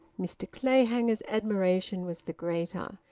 mr clayhanger's admiration was the greater.